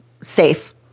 safe